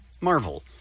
Marvel